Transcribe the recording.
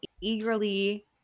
eagerly